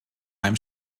einem